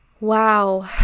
wow